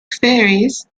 ferries